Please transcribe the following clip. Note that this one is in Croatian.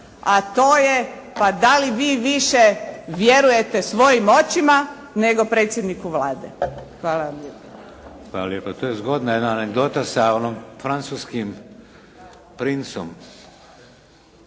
a to je pa dali vi više vjerujete svojim očima, nego predsjedniku Vlade? Hvala vam lijepo. **Šeks, Vladimir (HDZ)** Hvala lijepa. To je zgodna jedna anegdota sa onom francuskim princem.